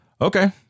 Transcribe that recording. Okay